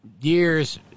years